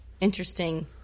interesting